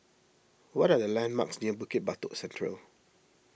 what are the landmarks near Bukit Batok Central